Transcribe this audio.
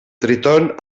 tritón